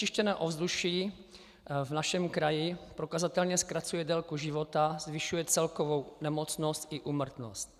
Znečištěné ovzduší v našem kraji prokazatelně zkracuje délku života, zvyšuje celkovou nemocnost i úmrtnost.